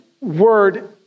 word